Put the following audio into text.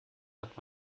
hat